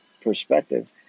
perspective